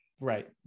Right